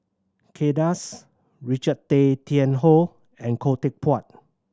Kay Das Richard Tay Tian Hoe and Khoo Teck Puat